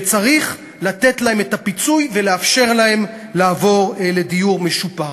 וצריך לתת להם את הפיצוי ולאפשר להם לעבור לדיור משופר.